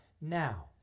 Now